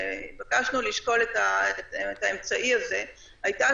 שייעשה על-ידי המשטרה בשלב הזה כשהועברו הנתונים